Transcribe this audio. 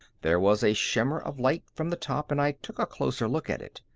there was a shimmer of light from the top and i took a closer look at it.